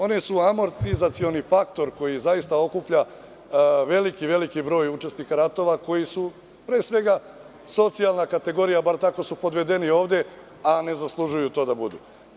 One su amortizacioni faktor koji okuplja veliki broj učesnika ratova, koji su pre svega socijalna kategorija, bar su tako podvedeni ovde, a ne zaslužuju to da budu.